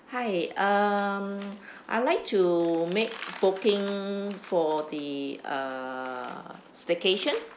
hi um I'd like to make booking for the uh staycation